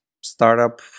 startup